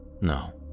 No